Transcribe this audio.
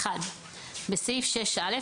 בסעיף 6(א),